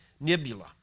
Nebula